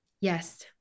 Yes